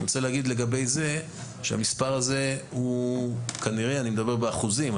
אני רוצה להגיד לגבי זה שהמספר הזה כנראה אני מדבר באחוזים,